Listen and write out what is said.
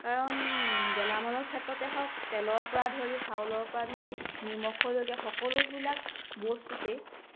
কাৰণ গেলামালৰ ক্ষেত্ৰতে হওক তেলৰপৰা ধৰি চাউলৰপৰা ধৰি নিমখলৈকে সকলোবিলাক বস্তুতেই